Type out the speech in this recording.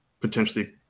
potentially